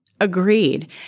Agreed